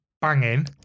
banging